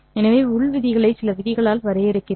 எனவே உள் விதிகளை சில விதிகளால் வரையறுக்கிறேன்